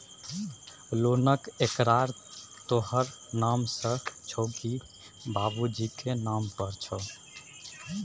लोनक एकरार तोहर नाम सँ छौ की तोहर बाबुजीक नाम पर